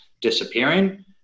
disappearing